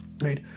right